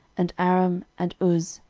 and aram, and uz,